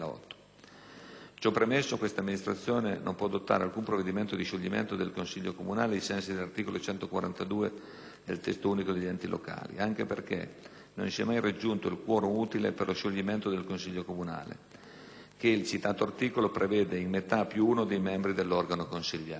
Ciò premesso, questa Amministrazione non può adottare alcun provvedimento di scioglimento del consiglio comunale, ai sensi dell'articolo 141 del testo unico degli enti locali, anche perché non si è mai raggiunto il *quorum* utile per lo scioglimento del consiglio comunale, che il citato articolo prevede in metà più uno dei membri dell'organo consiliare.